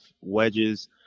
wedges